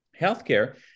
healthcare